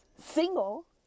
single